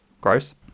Gross